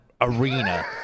arena